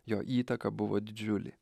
jo įtaka buvo didžiulė